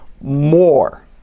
more